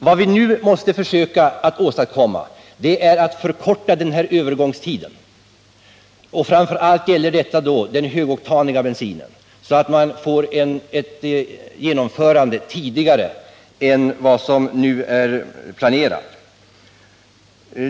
Vad vi nu måste försöka åstadkomma är att förkorta övergångstiden — framför allt gäller detta den högoktaniga bensinen — så att vi kan genomföra åtgärderna tidigare än vad som nu är planerat.